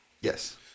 Yes